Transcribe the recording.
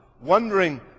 Wondering